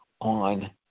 on